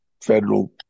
federal